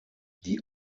die